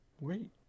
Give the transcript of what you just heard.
wait